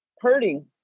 hurting